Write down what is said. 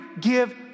give